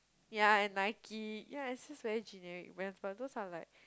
ya and Nike ya it's just very generic brands but those are like